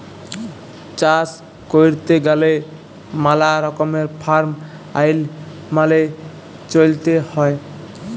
চাষ ক্যইরতে গ্যালে ম্যালা রকমের ফার্ম আইল মালে চ্যইলতে হ্যয়